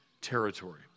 territory